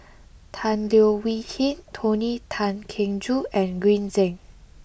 Tan Leo Wee Hin Tony Tan Keng Joo and Green Zeng